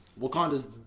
Wakanda's